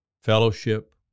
Fellowship